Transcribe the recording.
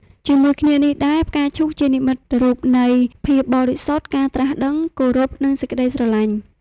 ជាមួយគ្នានេះដែរ ផ្កាឈូកជានិមិត្តរូបនៃ ភាពបរិសុទ្ធ ការត្រាស់ដឹង គោរព និងសេចក្ដីស្រឡាញ់។